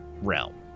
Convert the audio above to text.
realm